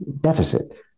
deficit